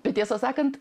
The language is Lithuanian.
bet tiesą sakant